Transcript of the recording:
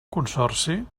consorci